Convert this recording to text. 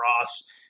Ross